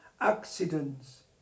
Accidents